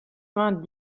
vingt